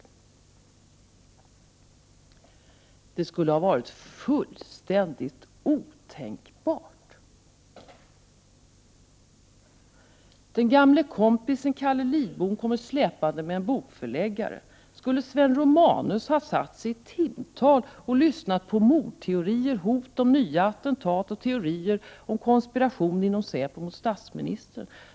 Det skulle ha varit fullständigt otänkbart. Den gamle kompisen Calle Lidbom kommer släpande med en bokförläggare. Skulle Sven Romanus ha suttit i timtal och lyssnat på mordteorier, hot om nya attentat och teorier om konspiration inom säpo mot statsministern?